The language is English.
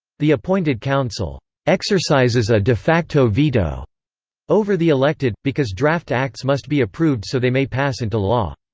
the appointed council exercises a de facto veto over the elected, because draft acts must be approved so they may pass into law.